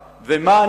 ומה,